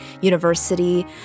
University